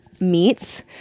meats